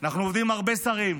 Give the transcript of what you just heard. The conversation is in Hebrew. אנחנו עובדים עם הרבה שרים,